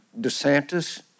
DeSantis